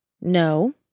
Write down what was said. no